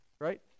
right